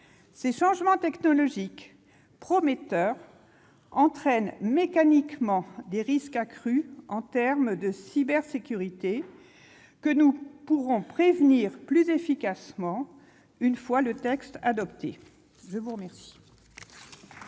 Ces changements technologiques prometteurs entraînent mécaniquement des risques accrus en termes de cybersécurité ; nous pourrons prévenir ces risques plus efficacement une fois le texte adopté. La parole